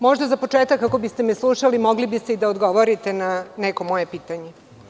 Možda biste za početak, ako biste me slušali, mogli da odgovorite na neko moje pitanje.